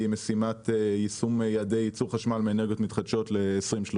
משימת יישום יעדי ייצור חשמל מאנרגיות מתחדשות ל-2030.